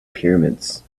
pyramids